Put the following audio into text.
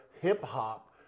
hip-hop